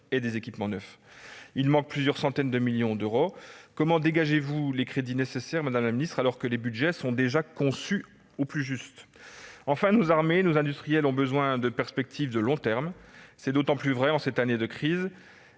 et d'équipements neufs. Il manque plusieurs centaines de millions d'euros. Comment dégagerez-vous les crédits nécessaires, madame la ministre, alors que les budgets sont déjà conçus au plus juste ? Nos armées, nos industriels ont besoin de perspectives de long terme, encore plus en cette année de crise